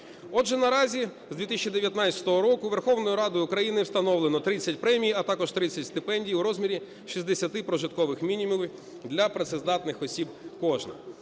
Отже, наразі з 2019 року Верховною Радою України встановлено 30 премій, а також 30 стипендій у розмірі 60 прожиткових мінімумів для працездатних осіб кожна.